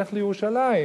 לך לירושלים.